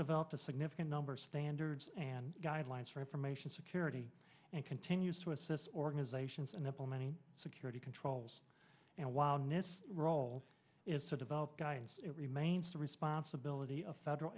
developed a significant number of standards and guidelines for information security and continues to assist organizations in implementing security controls and wildness roles is so developed guidance it remains the responsibility of federal